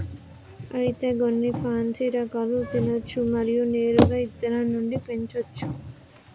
అయితే గొన్ని పాన్సీ రకాలు తినచ్చు మరియు నేరుగా ఇత్తనం నుండి పెంచోచ్చు